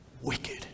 wicked